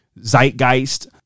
zeitgeist